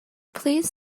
please